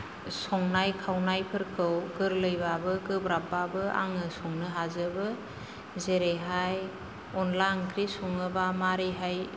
संनाय खावनायफोरखौ गोरलैब्लाबो गोब्राबब्लाबो आङो संनो हाजोबो जेरैहाय अनद्ला ओंख्रि सङोब्ला मारैहाय